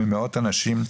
ממאות אנשים,